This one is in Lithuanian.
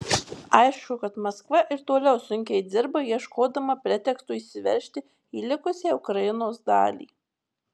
aišku kad maskva ir toliau sunkiai dirba ieškodama preteksto įsiveržti į likusią ukrainos dalį